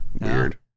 Weird